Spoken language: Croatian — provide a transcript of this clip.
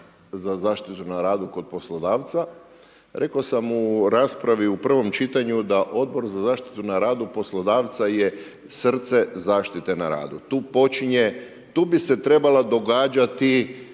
za zaštitu na radu kod poslodavca. Rekao sam u raspravi u prvom čitanju da Odbor za zaštitu na radu poslodavca je srce zaštite na radu. Tu počinje, tu bi se trebala događati